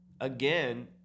again